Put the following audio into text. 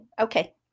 Okay